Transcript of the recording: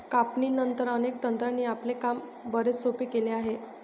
कापणीनंतर, अनेक तंत्रांनी आपले काम बरेच सोपे केले आहे